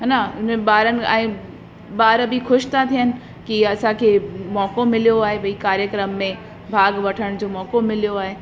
हा न हिन में बारनि ऐं बार बि ख़ुशि था थियनि कि असांखे मौक़ो मिलियो आहे भई कार्यक्रम में भाॻु वठण जो मौक़ो मिलियो आहे